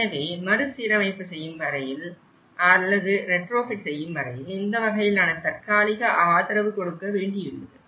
எனவே மறுசீரமைப்பு செய்யும் வரையில் அல்லது ரெட்ரோஃபிட் செய்யும் வரையில் இந்த வகையிலான தற்காலிக ஆதரவு கொடுக்க வேண்டியுள்ளது